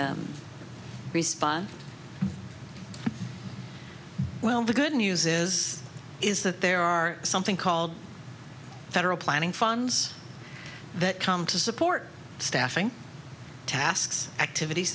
response well the good news is is that there are something called federal planning funds that come to support staffing tasks activities